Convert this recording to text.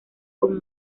con